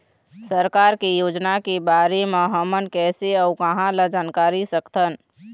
सरकार के योजना के बारे म हमन कैसे अऊ कहां ल जानकारी सकथन?